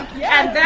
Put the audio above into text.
yeah,